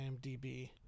IMDb